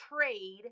trade